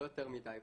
לא יותר מדיי,